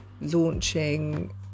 launching